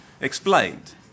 explained